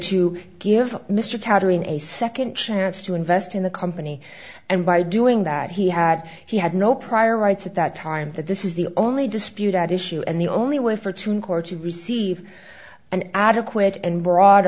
to give mr countering a second chance to invest in the company and by doing that he had he had no prior rights at that time that this is the only dispute at issue and the only way for to receive an adequate and broad